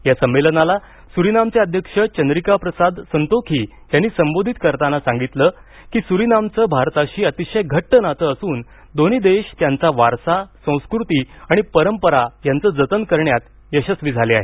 या संमेलनाला सुरिनामचे अध्यक्ष चंद्रिकाप्रसाद संतोखी यांनी संबोधित करताना सांगितलं की सुरिनामचं भारताशी अतिशय घट्ट नातं असून दोन्ही देश त्यांचा वारसा संस्कृती आणि परंपरा यांचं जतन करण्यात यशस्वी झाले आहेत